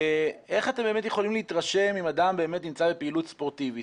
איך אתם יכולים להתרשם אם אדם באמת נמצא בפעילות ספורטיבית?